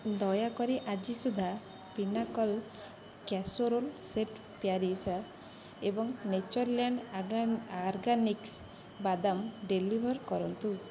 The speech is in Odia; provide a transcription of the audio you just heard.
ଦୟାକରି ଆଜି ସୁଦ୍ଧା ପିନ୍ନାକଲ୍ କ୍ୟାସେରୋଲ୍ ସେଟ୍ ପ୍ୟାରିସା ଏବଂ ନେଚର୍ଲ୍ୟାଣ୍ଡ୍ ଅର୍ଗାନିକ୍ସ୍ ବାଦାମ ଡେଲିଭର୍ କରନ୍ତୁ